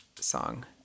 song